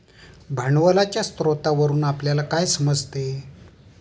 भांडवलाच्या स्रोतावरून आपल्याला काय समजते?